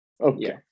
Okay